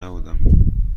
نبودم